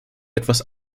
etwas